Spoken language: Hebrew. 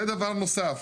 זה דבר נוסף.